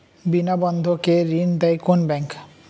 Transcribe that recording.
বিনা বন্ধকে ঋণ দেয় কোন ব্যাংক?